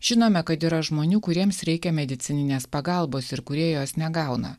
žinome kad yra žmonių kuriems reikia medicininės pagalbos ir kurie jos negauna